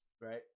right